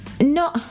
No